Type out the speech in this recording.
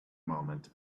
moment